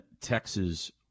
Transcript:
Texas